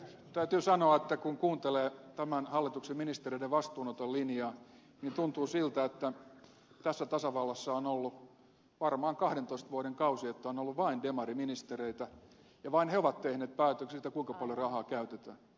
täytyy sanoa että kun kuuntelee tämän hallituksen ministereiden vastuunoton linjaa niin tuntuu siltä että tässä tasavallassa on ollut varmaan kahdentoista vuoden kausi että on ollut vain demariministereitä ja vain he ovat tehneet päätökset kuinka paljon rahaa käytetään